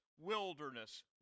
wilderness